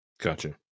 Gotcha